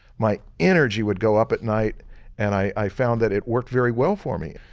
my energy would go up at night and i found that it worked very well for me.